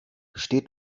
steht